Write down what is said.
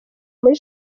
muri